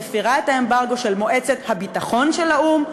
מפרה את האמברגו של מועצת הביטחון של האו"ם,